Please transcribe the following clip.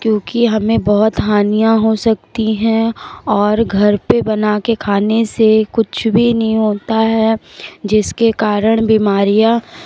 क्योंकि हमें बहुत हानियाँ हो सकती हैं और घर पे बना के खाने से कुछ भी नहीं होता है जिसके कारण बीमारियाँ